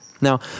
Now